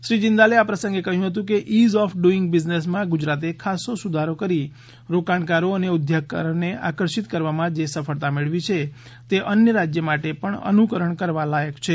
શ્રી ઝિંદાલે આ પ્રસંગે કહ્યું હતું કે ઇઝ ઓફ ડૂઇંગ બિઝનેસમાં ગુજરાતે ખાસ્સો સુધારો કરી રોકાણકારો અને ઉદ્યોગકારોને આકર્ષિત કરવામાં જે સફળતા મેળવી છે તે અન્ય રાજ્ય માટે પણ અનુકરણ કરવા લાયક છે